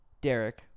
Derek